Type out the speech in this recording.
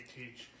teach